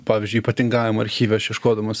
pavyzdžiui ypatingajam archyve aš ieškodamas